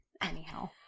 Anyhow